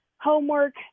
homework